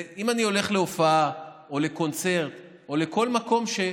אם אני הולך להופעה או לקונצרט או לכל מקום כזה,